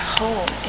home